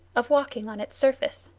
of walking on its surface.